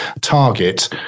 target